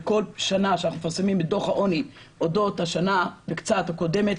בכל שנה שאנחנו מפרסמים את דוח העוני אודות השנה וקצת הקודמת,